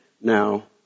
Now